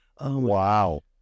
Wow